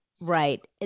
Right